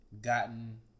gotten